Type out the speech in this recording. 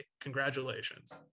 Congratulations